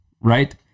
right